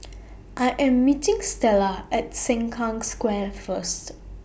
I Am meeting Stella At Sengkang Square First